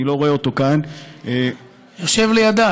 אני לא רואה אותו כאן, יושב לידה.